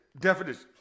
definition